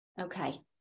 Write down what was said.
okay